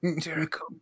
Jericho